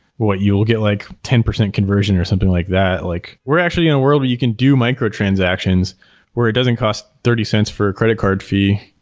but you will get like ten percent conversion or something like that like we're actually in a world where you can do micro transactions where it doesn't cost thirty cents for a credit card fee.